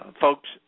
folks